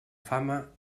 fama